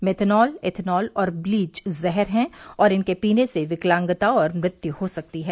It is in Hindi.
मेथेनॉल एथेनॉल और ब्लीच जहर हैं और इनके पीने से विकलांगता और मृत्यु हो सकती है